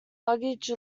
luggage